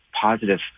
positive